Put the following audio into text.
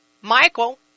Michael